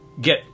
get